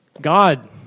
God